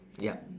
yup